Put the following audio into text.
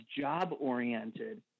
job-oriented